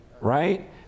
right